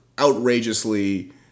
outrageously